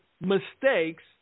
mistakes